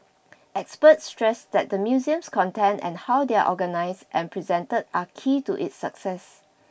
experts stressed that the museum's contents and how they are organised and presented are key to its success